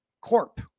corp